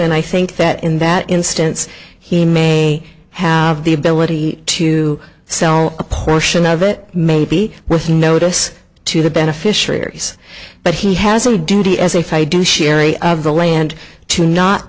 and i think that in that instance he may have the ability to sell a portion of it maybe with a notice to the beneficiaries but he has a duty as if i do sherry of the land to not